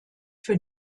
für